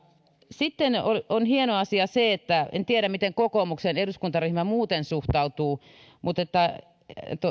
sitten on hieno asia en tiedä miten kokoomuksen eduskuntaryhmä muuten suhtautuu että